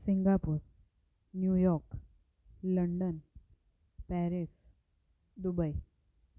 Singapore New York London Paris Dubai